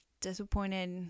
disappointed